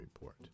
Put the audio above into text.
Report